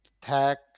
tag